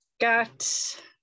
got